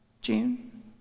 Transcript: June